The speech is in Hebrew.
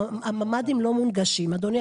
הממ"דים לא מונגשים, אדוני.